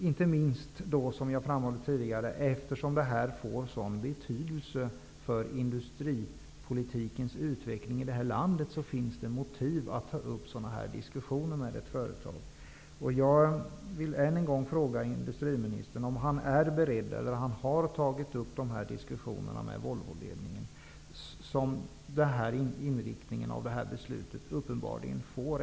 Inte minst med tanke på att det här får en sådan betydelse för industripolitikens utveckling här i landet finns det, som jag tidigare har framhållit, motiv att ta upp sådan diskussioner med ett företag. eller om han är beredd att göra det -- om de konsekvenser som inriktningen av beslutet uppenbarligen får.